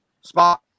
spot